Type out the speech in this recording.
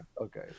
Okay